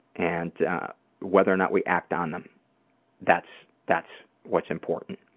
and whether or not we act on them that's that's what's important.